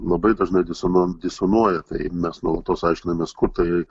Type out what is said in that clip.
labai dažnai disonon disonuoja tai mes nuolatos aiškinamės kur tai